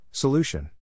Solution